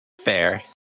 Fair